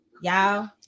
y'all